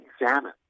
examine